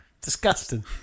Disgusting